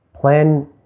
plan